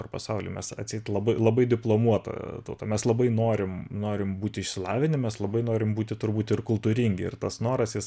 ar pasauly mes atseit labai labai diplomuota tauta mes labai norim norim būti išsilavinę mes labai norim būti turbūt ir kultūringi ir tas noras jis